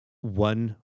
one